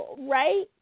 right